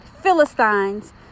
Philistines